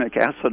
acid